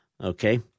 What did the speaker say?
Okay